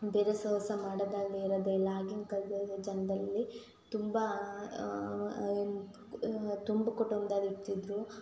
ಬೇರೆ ಸಹವಾಸ ಮಾಡೋದಾಗಲಿ ಇರೋದಿಲ್ಲ ಆಗಿನ ಕಾಲದ ಜನ್ರಲ್ಲಿ ತುಂಬ ತುಂಬು ಕುಟುಂಬ್ದಲ್ಲಿ ಇರ್ತಿದ್ದರು